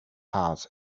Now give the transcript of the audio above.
heart